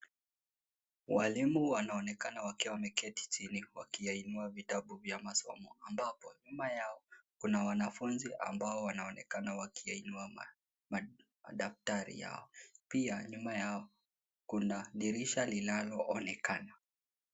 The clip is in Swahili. Walimu wanaonekana wakiwa wameketi jini wakiyainua vitabu vya masomo ambao nyuma yao kuna wanafunzi ambao unaonekana wakiyainua madaftari yao pia nyuma yao, kuna dirisha linaloonekan.